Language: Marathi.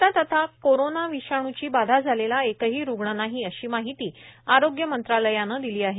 भारतात आता कोरोना विषाणूची बाधा झालेला एकही रुग्ण नाही अशी माहिती आरोग्य मंत्रालयानं दिली आहे